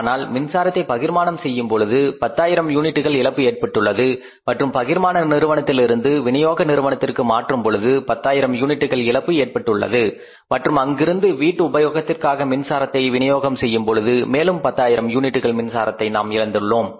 ஆனால் மின்சாரத்தை பகிர்மானம் செய்யும்பொழுது 10000 யூனிட்கள் இழப்பு ஏற்பட்டுள்ளது மற்றும் பகிர்மான நிறுவனதிலிருந்து விநியோக நிறுவனத்திற்கு மாற்றும்பொழுது 10000 யூனிட்கள் இழப்பு ஏற்பட்டது மற்றும் அங்கிருந்து வீட்டு உபயோகத்திற்காக மின்சாரத்தை விநியோகம் செய்யும் பொழுது மேலும் 10000 யூனிட்டுகள் மின்சாரத்தை நாம் இழந்தோம்